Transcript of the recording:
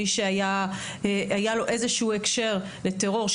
מי שהיה לו איזשהו הקשר לטרור,